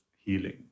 healing